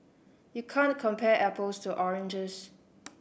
you can't compare apples to oranges